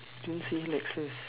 didn't say lexus